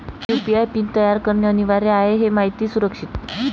UPI PIN तयार करणे अनिवार्य आहे हे माहिती सुरक्षित